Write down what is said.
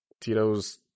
Tito's